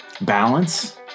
balance